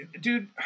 dude